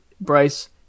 Bryce